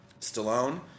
Stallone